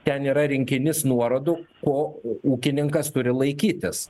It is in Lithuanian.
ten yra rinkinys nuorodų o ū ūkininkas turi laikytis